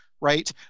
right